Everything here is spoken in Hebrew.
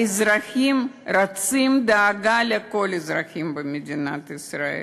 האזרחים רוצים דאגה לכל האזרחים במדינת ישראל,